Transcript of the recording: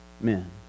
men